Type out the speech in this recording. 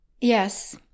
Yes